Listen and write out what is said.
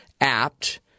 apt